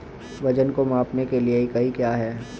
वजन को मापने के लिए इकाई क्या है?